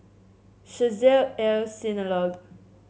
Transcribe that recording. Chesed El Synagogue